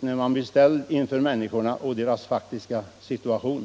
när man blir ställd inför människorna och deras faktiska situation.